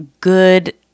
good